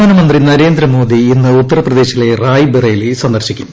പ്രധാനമന്ത്രി നരേന്ദ്രമോദി ഇന്ന് ഉത്തർപ്രദേശിലെ റായ് ബറേലി സന്ദർശിക്കും